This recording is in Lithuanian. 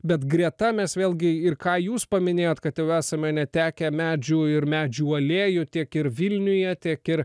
bet greta mes vėlgi ir ką jūs paminėjot kad esame netekę medžių ir medžių alėjų tiek ir vilniuje tiek ir